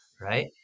right